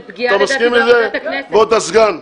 אתה מסכים עם זה, כבוד הסגן?